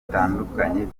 bitandukanye